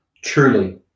Truly